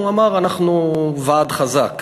הוא אמר: אנחנו ועד חזק.